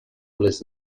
les